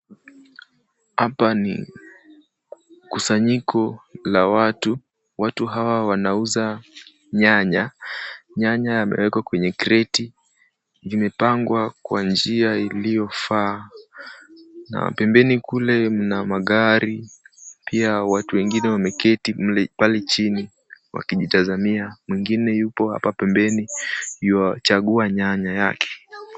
Hapa ni kusanyiko la watu. Watu hawa wanauza nyanya. Nyanya amewekwa kwenye kreti, zimepangwa kwa njia iliyofaa na pembeni kule mna magari, pia watu wengine wameketi pale chini wakijitazamia. Mwingine yupo hapa pembeni yuachagua nyanya yake.